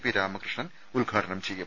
P Ramakrishnan ഉദ്ഘാടനം ചെയ്യും